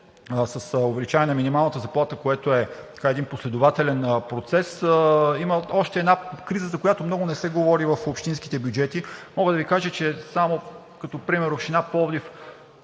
с увеличаване на минималната заплата, което е последователен процес, има още една криза, за която много не се говори в общинските бюджети. Мога да Ви кажа само като пример – Община Пловдив